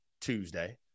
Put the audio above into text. Tuesday